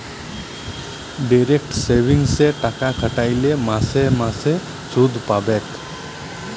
direct সেভিংসে টাকা খ্যাট্যাইলে মাসে মাসে সুদ পাবেক